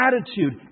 attitude